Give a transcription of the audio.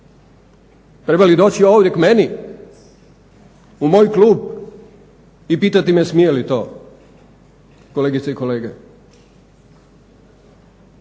Treba li doći ovdje k meni, u moj klub i pitati me smije li to, kolegice i kolege?